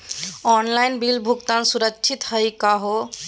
Online bill भुगतान सुरक्षित हई का हो?